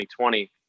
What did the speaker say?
2020